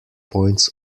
points